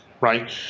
right